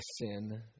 sin